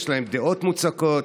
יש להם דעות מוצקות,